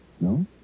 no